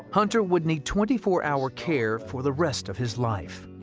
hunter would need twenty four hour care for the rest of his life.